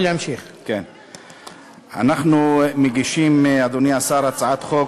אנחנו מגישים, אדוני השר, הצעת חוק,